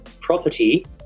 property